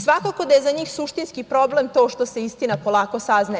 Svakako da je za njih suštinski problem to što se istina polako saznaje.